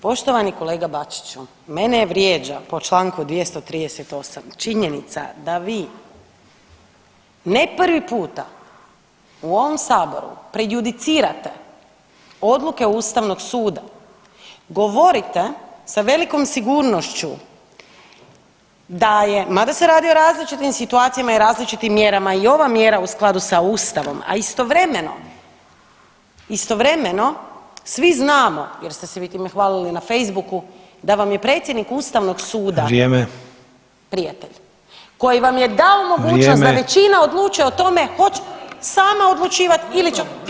Poštovani kolega Bačiću, mene vrijeđa po čl. 238 činjenica da vi ne prvi puta u ovom Saboru prejudicirate odluke Ustavnog suda, govorite sa velikom sigurnošću da je, mada se radi o različitim situacijama i različitim mjerama i ova mjera u skladu sa Ustavom, a istovremeno svi znamo jer ste se vi time hvalili na Facebooku, da vam je predsjednik Ustavnog suda [[Upadica: Vrijeme.]] prijatelj koji vam je dao mogućnost da većina [[Upadica: Vrijeme.]] odlučuje o tome hoće li sama odlučivati ili će odlučivati s oporbom.